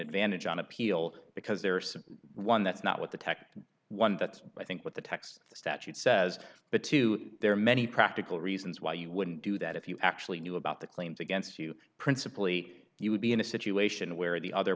advantage on appeal because there's one that's not what the tech one that's i think what the text of the statute says but two there are many practical reasons why you wouldn't do that if you actually knew about the claims against you principle eight you would be in a situation where the other